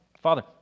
Father